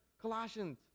Colossians